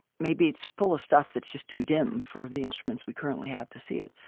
maybe it's full of stuff that's just too dim for the instruments we currently have to see it.